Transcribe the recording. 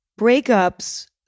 Breakups